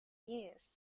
years